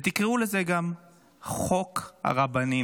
ותקראו לזה גם חוק הרבנים.